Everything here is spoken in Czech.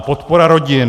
Podpora rodin.